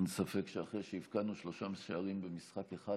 אין ספק שאחרי שהבקענו שלושה שערים במשחק אחד,